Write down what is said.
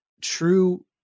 True